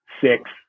six